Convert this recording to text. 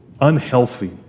unhealthy